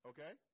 Okay